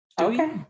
Okay